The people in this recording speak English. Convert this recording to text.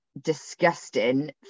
disgusting